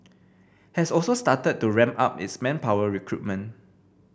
has also started to ramp up its manpower recruitment